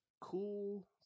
cool